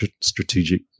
Strategic